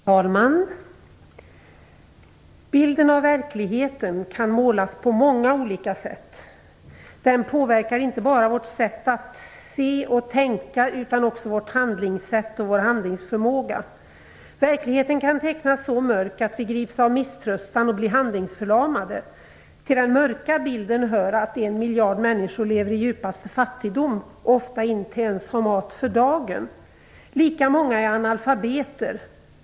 Herr talman! Bilden av verkligheten kan målas på många olika sätt. Den påverkar inte bara vårt sätt att se och tänka utan också vårt handlingssätt och vår handlingsförmåga. Verkligheten kan tecknas så mörk att vi grips av misströstan och blir handlingsförlamade. Till den mörka bilden hör att en miljard människor lever i djupaste fattigdom och ofta inte ens har mat för dagen. Lika många är analfabeter.